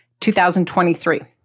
2023